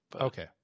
Okay